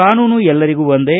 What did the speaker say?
ಕಾನೂನು ಎಲ್ಲರಿಗೂ ಒಂದೇ